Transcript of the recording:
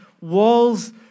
walls